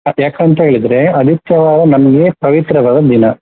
ಯಾಕೆ ಅಂತೇಳಿದರೆ ಆದಿತ್ಯವಾರ ನಮಗೆ ಪವಿತ್ರವಾದ ದಿನ